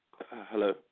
Hello